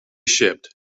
shipped